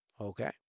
Okay